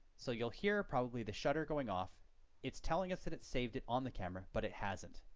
so you'll hear probably the shutter going off it's telling us that it saved it on the camera but it hasn't.